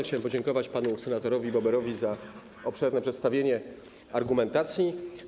Chciałem podziękować panu senatorowi Boberowi za obszerne przedstawienie argumentacji.